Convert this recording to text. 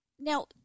Now